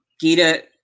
Gita